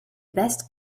best